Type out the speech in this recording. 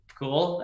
cool